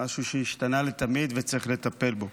משהו שהשתנה לתמיד וצריך לטפל בו.